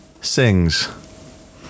sings